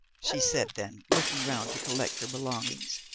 she said then, looking around to collect her belongings.